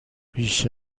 بیش